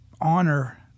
honor